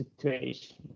situation